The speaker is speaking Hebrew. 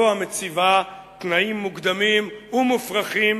המציבה תנאים מוקדמים ומופרכים